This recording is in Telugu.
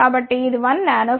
కాబట్టి ఇది 1 nF